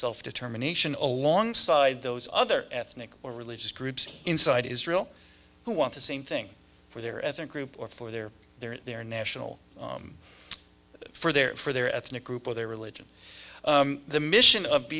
self determination alongside those other ethnic or religious groups inside israel who want to same thing for their ethnic group or for their their their national for their for their ethnic group or their religion the mission